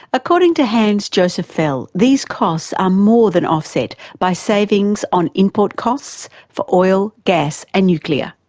according to hans-josef fell, these costs are more than offset by savings on import costs for oil, gas and nuclear.